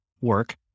work